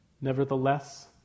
Nevertheless